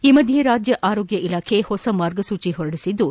ಈ ಮಧ್ಯೆ ರಾಜ್ಯ ಆರೋಗ್ಯ ಇಲಾಖೆ ಹೊಸ ಮಾರ್ಗಸೂಚಿ ಹೊರಡಿಸಿದ್ದು